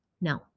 No